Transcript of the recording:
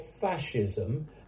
fascism